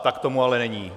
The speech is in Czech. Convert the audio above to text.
Tak tomu ale není.